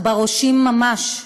עכברושים ממש.